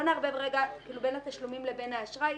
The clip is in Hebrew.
לא נערבב בין התשלומים לבין האשראי.